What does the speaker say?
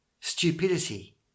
stupidity